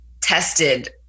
tested